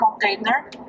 container